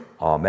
Amen